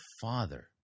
Father